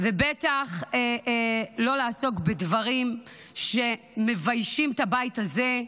ובטח לא לעסוק בדברים שמביישים את הבית הזה,